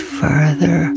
further